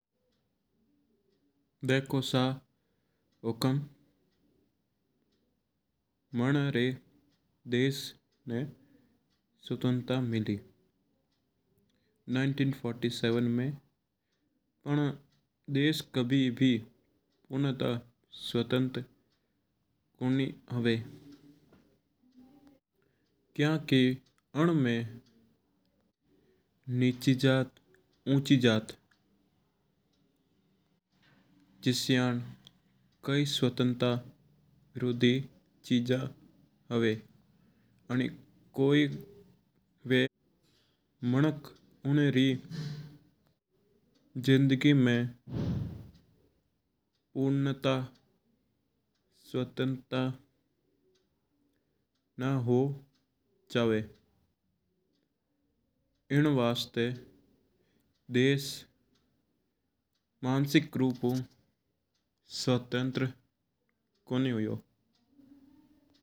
देखो सा हुकम मना री देश मं स्वतंत्रता मिली उन्नीस सौ सैंतालीस में। उणो देश कदी ही पुना स्वतंत्रता कौन हू क्युकि इणमा उच्चु जाट नीच जाट जतो कई विरोधी चीजा हुया है। कोई मिनक्क जिंदगी मं पुना स्वतंत्रता ना हू सका इण वास्ता देश मानसिक रूपो देश स्वतंत्रता कौन होयो।